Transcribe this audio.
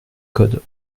code